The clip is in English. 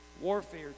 Warfare